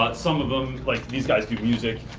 but some of them, like these guys do music,